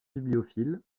bibliophile